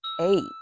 eight